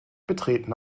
betreten